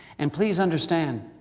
and please understand,